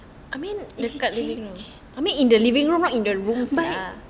I mean if he change but